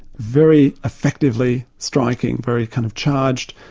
very effectively striking, very kind of charged.